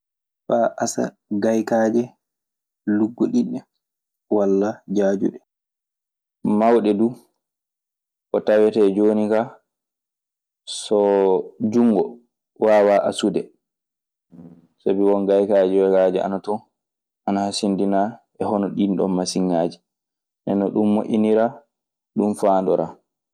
Faa asa gaykaaje luggiɗiɗɗe walla jaajuɗe, mawɗe duu. Ko tawetee jooni kaa so junngo waawaa asude. Sabi won ngaykaaji yogaaji ana ton ana hasindinaa e hono ɗiinɗoon masiŋaaji. Nden non ɗun moƴƴiniraa, ɗun faandoraa.